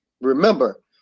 Remember